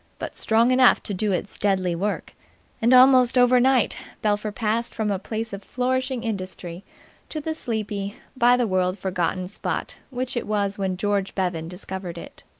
but strong enough to do its deadly work and almost overnight belpher passed from a place of flourishing industry to the sleepy, by-the-world-forgotten spot which it was when george bevan discovered it.